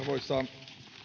arvoisa